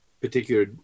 particular